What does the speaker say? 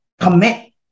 commit